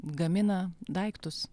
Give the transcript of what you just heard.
gamina daiktus